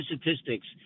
statistics